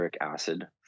acid